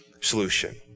solution